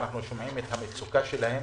ואנחנו שומעים את המצוקה שלהם.